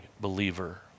believer